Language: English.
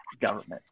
government